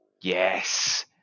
Yes